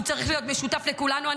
הוא צריך להיות משותף לכולנו.